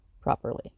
properly